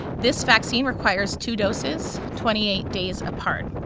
this vaccine requires two doses twenty eight days apart.